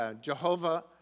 Jehovah